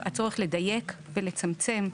הצורך לדייק ולצמצם,